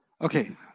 Okay